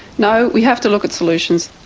no, we have to look at solutions.